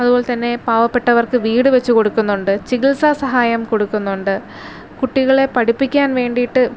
അതുപോലെ തന്നെ പാവപ്പെട്ടവർക്ക് വീട് വെച്ചു കൊടുക്കുന്നുണ്ട് ചികിത്സാസഹായം കൊടുക്കുന്നുണ്ട് കുട്ടികളെ പഠിപ്പിക്കാൻ വേണ്ടിയിട്ട്